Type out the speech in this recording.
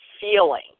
feeling